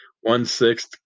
One-sixth